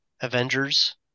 Avengers